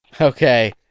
Okay